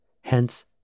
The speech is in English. hence